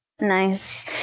Nice